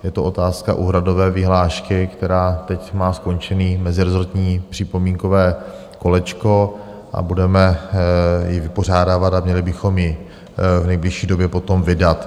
Je to otázka úhradové vyhlášky, která teď má skončené mezirezortní připomínkové kolečko, budeme ji vypořádávat a měli bychom ji v nejbližší době potom vydat.